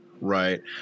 Right